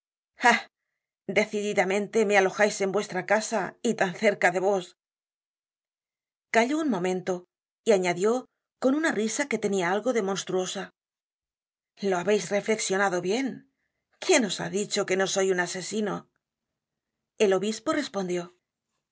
decididamente me alojais en vuestra casa y tan cerca de vos calló un momento y añadió con una risa que tenia algo de monstruosa lo habeis reflexionado bien quién os ha dicho que no soy un asesino el obispo respondió esa